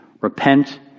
Repent